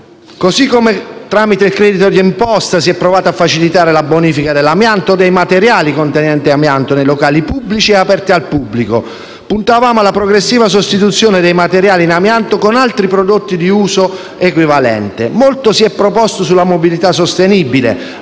Così come, tramite il credito di imposta si è provato a facilitare la bonifica dell'amianto o dei materiali contenenti amianto nei locali pubblici e aperti al pubblico, puntavamo alla progressiva sostituzione dei materiali in amianto con altri prodotti di uso equivalente. Molto si è proposto sulla mobilità sostenibile